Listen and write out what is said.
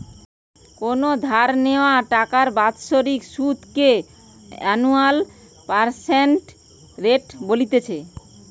কোনো ধার নেওয়া টাকার বাৎসরিক সুধ কে অ্যানুয়াল পার্সেন্টেজ রেট বলতিছে